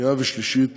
שנייה ושלישית